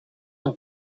een